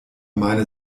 meine